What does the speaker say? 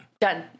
Done